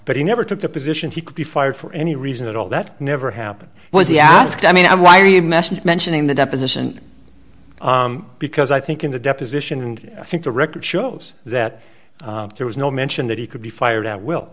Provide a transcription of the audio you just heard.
but he never took the position he could be fired for any reason at all that never happened was he asked i mean why are you mentioning the deposition because i think in the deposition and i think the record shows that there was no mention that he could be fired at will